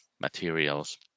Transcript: materials